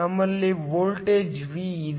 ನಮ್ಮಲ್ಲಿ voltage V ಇದೆ